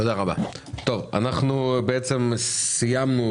תודה רבה, הישיבה נעולה.